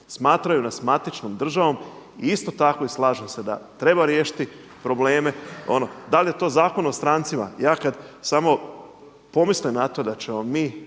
smatraju nas matičnom državom i isto tako i slažem se da treba riješiti probleme. Ono da li je to Zakon o strancima, ja kad samo pomislim na to da ćemo mi